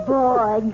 boy